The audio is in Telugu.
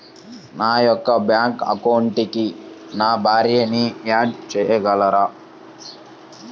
నా యొక్క బ్యాంక్ అకౌంట్కి నా భార్యని యాడ్ చేయగలరా?